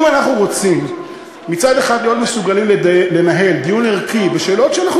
אם אנחנו רוצים מצד אחד להיות מסוגלים לנהל דיון ערכי בשאלות שאנחנו